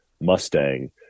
Mustang